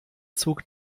zug